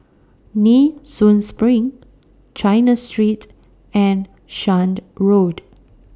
Nee Soon SPRING China Street and Shan Road